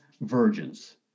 virgins